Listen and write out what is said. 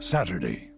Saturday